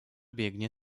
biegnie